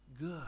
good